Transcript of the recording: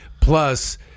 plus